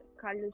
Colors